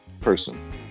person